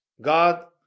God